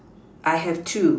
I have two